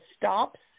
stops